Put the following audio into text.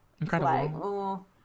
Incredible